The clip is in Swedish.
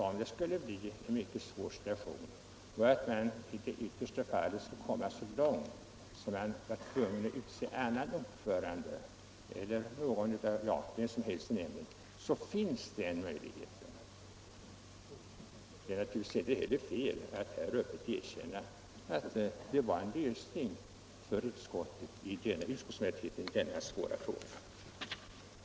Om det skulle uppstå en mycket svår situation, om man i det yttersta fallet skulle komma så långt att man var tvungen att utse annan ordförande än den ordinarie finns med vårt förslag den möjligheten. Det är naturligtvis inte heller fel att här öppet också erkänna att det genom denna jämkning kunde skapas en utskottsmajoritet i denna svåra fråga.